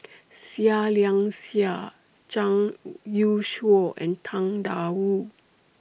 Seah Liang Seah Zhang Youshuo and Tang DA Wu